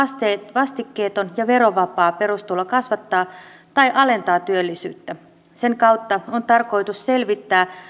vastikkeeton ja verovapaa perustulo kasvattaa tai alentaa työllisyyttä sen kautta on tarkoitus selvittää